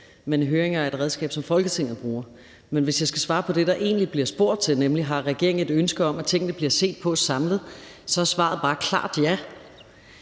men høringer er et redskab, som Folketinget bruger. Hvis jeg skal svare på det, der egentlig bliver spurgt til, nemlig om regeringen har et ønske om, at tingene bliver set på samlet, er svaret bare et klart ja,